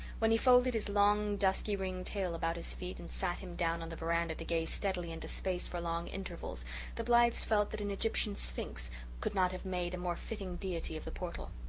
when he folded his long, dusky-ringed tail about his feet and sat him down on the veranda to gaze steadily into space for long intervals the blythes felt that an egyptian sphinx could not have made a more fitting deity of the portal.